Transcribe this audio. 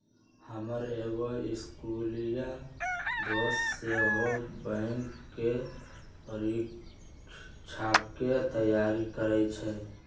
हमर एगो इस्कुलिया दोस सेहो बैंकेँ परीकछाके तैयारी करइ छइ